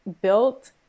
built